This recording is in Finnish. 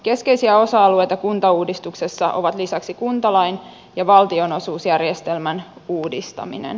keskeisiä osa alueita kuntauudistuksessa ovat lisäksi kuntalain ja valtionosuusjärjestelmän uudistaminen